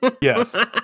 Yes